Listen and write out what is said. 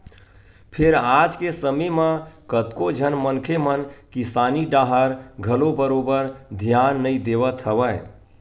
फेर आज के समे म कतको झन मनखे मन किसानी डाहर घलो बरोबर धियान नइ देवत हवय